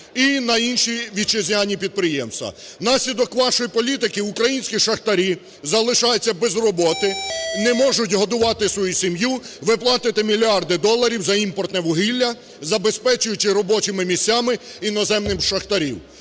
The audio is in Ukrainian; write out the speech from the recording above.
і на інші вітчизняні підприємства. Внаслідок вашої політики українські шахтарі залишаються без роботи, не можуть годувати свою сім'ї, ви платите мільярди доларів за імпортне вугілля, забезпечуючи робочими місцями іноземних шахтарів.